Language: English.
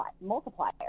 multiplier